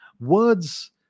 Words